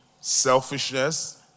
selfishness